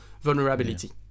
vulnerability